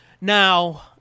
Now